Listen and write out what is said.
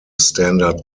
standard